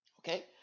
Okay